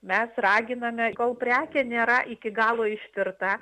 mes raginame kol prekė nėra iki galo ištirta